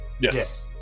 Yes